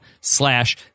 slash